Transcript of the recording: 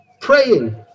praying